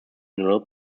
mineral